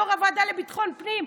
יו"ר הוועדה לביטחון פנים,